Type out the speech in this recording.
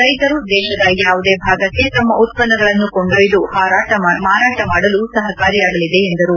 ರೈತರು ದೇಶದ ಯಾವುದೇ ಭಾಗಕ್ಕೆ ತಮ್ಮ ಉತ್ಪನ್ನಗಳನ್ನು ಕೊಂಡೊಯ್ದು ಮಾರಾಟ ಮಾಡಲು ಸಹಕಾರಿಯಾಗಲಿದೆ ಎಂದರು